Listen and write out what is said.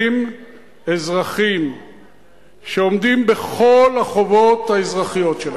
אזרחים שעומדים בכל החובות האזרחיות שלהם.